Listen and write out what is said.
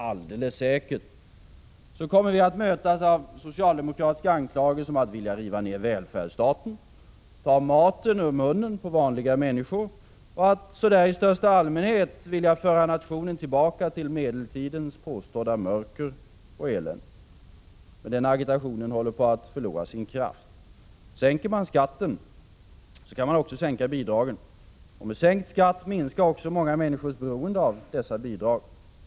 Alldeles säkert kommer vi att mötas av socialdemokratiska anklagelser om att vilja riva ner välfärdsstaten, ta maten ur munnen på vanliga människor och att i största allmänhet föra nationen tillbaka till medeltidens påstådda mörker och elände. Men den agitationen håller på att förlora sin kraft. Sänker man skatten, kan man också sänka bidragen. Och med sänkt skatt minskar många människors beroende av bidrag.